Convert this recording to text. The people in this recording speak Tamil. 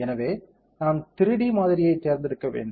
எனவே நாம் 3D மாதிரியைத் தேர்ந்தெடுக்க வேண்டும்